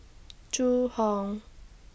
Zhu Hong